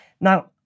Now